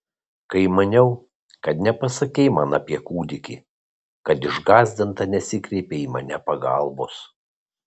kai maniau kad nepasakei man apie kūdikį kad išgąsdinta nesikreipei į mane pagalbos